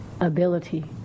ability